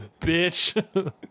bitch